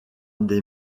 des